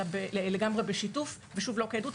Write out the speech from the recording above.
אלא לגמרי בשיתוף לא כעדות,